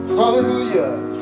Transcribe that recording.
hallelujah